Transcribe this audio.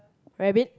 rabbit